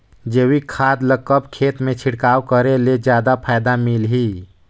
जैविक खाद ल कब खेत मे छिड़काव करे ले जादा फायदा मिलही?